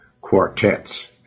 quartets